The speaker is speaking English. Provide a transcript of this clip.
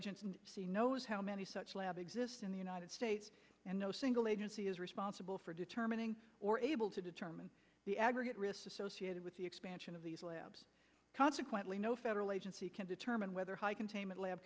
agents and c knows how many such lab exist in the united states and no single agency is responsible for determining or able to determine the aggregate risk associated with the expansion of these labs consequently no federal agency can determine whether high containment lab